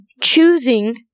Choosing